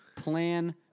plan